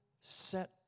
set